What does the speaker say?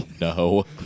no